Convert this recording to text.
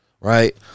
right